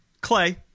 clay